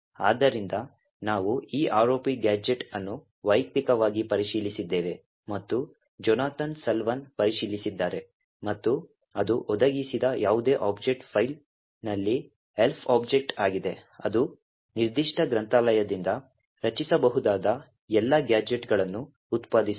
ಆದ್ದರಿಂದ ನಾವು ಈ ROP ಗ್ಯಾಜೆಟ್ ಅನ್ನು ವೈಯಕ್ತಿಕವಾಗಿ ಪರಿಶೀಲಿಸಿದ್ದೇವೆ ಮತ್ತು ಜೊನಾಥನ್ ಸಲ್ವಾನ್ ಪರಿಶೀಲಿಸಿದ್ದಾರೆ ಮತ್ತು ಅದು ಒದಗಿಸಿದ ಯಾವುದೇ ಆಬ್ಜೆಕ್ಟ್ ಫೈಲ್ನಲ್ಲಿ ELF ಆಬ್ಜೆಕ್ಟ್ ಆಗಿದೆ ಅದು ನಿರ್ದಿಷ್ಟ ಗ್ರಂಥಾಲಯದಿಂದ ರಚಿಸಬಹುದಾದ ಎಲ್ಲಾ ಗ್ಯಾಜೆಟ್ಗಳನ್ನು ಉತ್ಪಾದಿಸುತ್ತದೆ